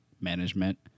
management